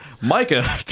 Micah